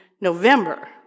November